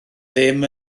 ddim